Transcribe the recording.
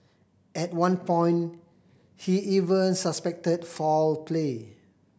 at one point he even suspected foul play